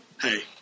hey